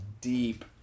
deep